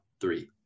three